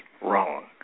wrong